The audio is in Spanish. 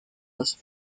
los